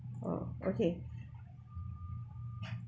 oh okay